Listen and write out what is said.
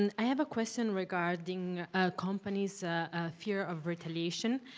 and i have a question regarding companies fear of retaliation.